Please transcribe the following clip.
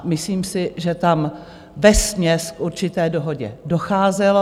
Myslím si, že tam vesměs k určité dohodě docházelo.